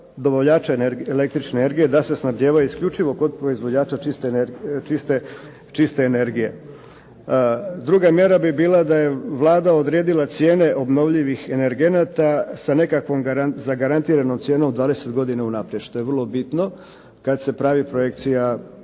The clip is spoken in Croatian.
dobavljača električne energije da se snabdijevaju isključivo kod dobavljača čiste energije, druga mjera bi bila da je Vlada odredila cijene obnovljivih energenata sa nekakvog zagarantiranom cijenom 20 godina unaprijed što je vrlo bitno kada se pravi projekcija